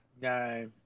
no